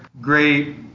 great